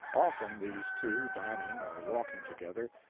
often these two, dining or walking together,